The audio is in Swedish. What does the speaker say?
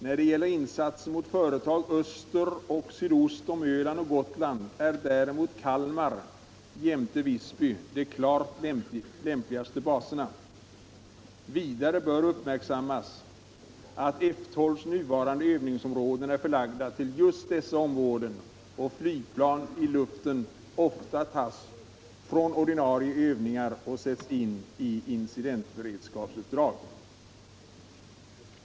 När det gäller insatser mot företag öster och sydost om Öland och Gotland är däremot Kalmar jämte Visby de klart lämpligaste baserna. Vidare bör uppmärksammas att F 12 nuvarande övningsområden är förlagda till just dessa områden och flygplan i luften ofta tas från ordinarie övningar och sätts in i incidentberedskapsuppdrag.